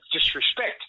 disrespect